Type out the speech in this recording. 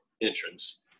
entrance